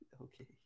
Okay